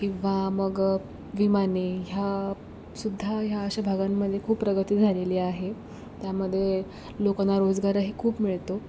किंवा मग विमाने ह्या सुद्धा ह्या अशा भागांमध्ये खूप प्रगती झालेली आहे त्यामध्ये लोकांना रोजगारही खूप मिळतो